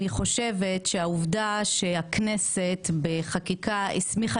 אני חושבת שהעובדה שהכנסת בחקיקה הסמיכה